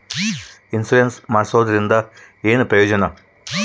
Insurance ಮಾಡ್ಸೋದರಿಂದ ಏನು ಪ್ರಯೋಜನ?